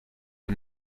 die